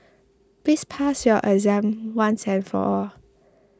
please pass your exam once and for all